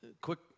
quick